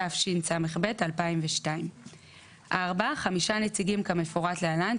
התשס"ב 2002 ; (4) חמישה נציגים כמפורט להלן,